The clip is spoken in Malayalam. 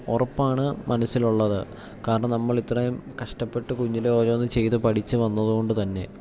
ഉറപ്പാണ് മനസ്സിൽ ഉള്ളത് കാരണം നമ്മൾ ഇത്രയും കഷ്ടപ്പെട്ട് കുഞ്ഞിലേ ഓരോന്നും ചെയ്തു പഠിച്ചു വന്നതു കൊണ്ട് തന്നെ